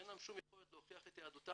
שאין להם שום יכולת להוכיח את יהדותם,